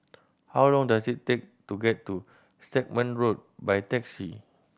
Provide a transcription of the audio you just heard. how long does it take to get to Stagmont Road by taxi